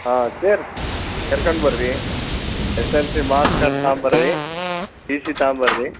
ಹಾಂ ಸೇರ್ಸಿ ಕರ್ಕಂಡು ಬರ್ರಿ ಎಸ್ ಎಲ್ ಸಿ ಮಾರ್ಕ್ಸ್ಕಾರ್ಡ್ ತಗೊಂಬರ್ರಿ ಟಿ ಸಿ ತಗೊಂಬರ್ರಿ